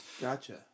Gotcha